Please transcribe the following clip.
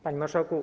Panie Marszałku!